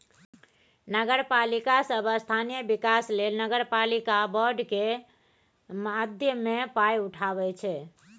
नगरपालिका सब स्थानीय बिकास लेल नगरपालिका बॉड केर माध्यमे पाइ उठाबै छै